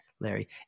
Larry